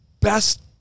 best